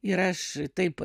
ir aš taip